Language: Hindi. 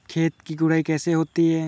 खेत की गुड़ाई कैसे होती हैं?